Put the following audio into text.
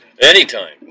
Anytime